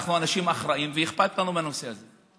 אנחנו אנשים אחראים, ואכפת לנו מהנושא הזה.